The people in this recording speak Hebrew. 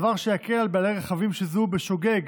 דבר שיקל על בעלי רכבים שזוהו בשוגג